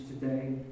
today